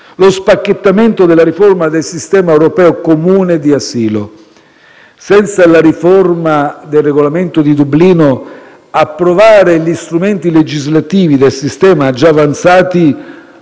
lo spacchettamento della riforma del sistema europeo comune di asilo. Senza la riforma del Regolamento di Dublino, approvare gli strumenti legislativi del sistema già avanzati